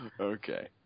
Okay